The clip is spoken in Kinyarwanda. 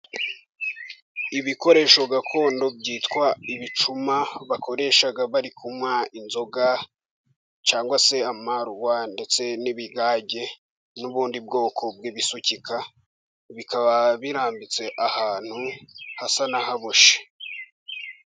Ibikoresho gakondo byitwa ibicuma, bakoresha bari kunywa inzoga cyangwa se amarwa ndetse n'ibigage, n'ubundi bwoko bw'ibisukika. Bikaba birambitse ahantu hasa n'ahaboshye.